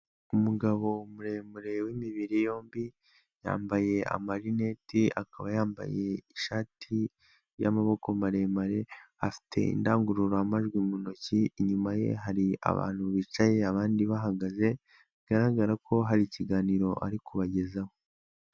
Umugabo muremure w'imibiri yombi yambaye amarineti akaba yambaye ishati y'amaboko maremare, afite indangururamajwi mu ntoki, inyuma ye hari abantu bicaye abandi bahagaze, bigaragara ko hari ikiganiro ari kubagezaho.